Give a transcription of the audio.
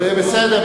זה בסדר,